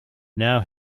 now